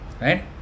right